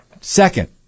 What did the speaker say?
Second